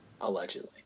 Allegedly